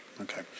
Okay